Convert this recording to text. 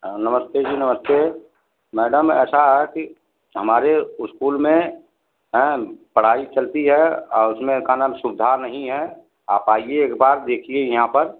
हाँ नमस्ते जी नमस्ते मैडम ऐसा है कि हमारे उस्कूल में मैम पढ़ाई चलती है और उसमें का नाम सुविधा नहीं है आप आइए एक बार देखिए यहाँ पर